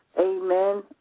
Amen